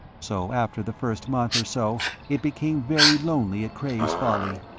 so after the first month or so it became very lonely at cray's folly.